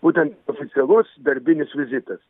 būten oficialus darbinis vizitas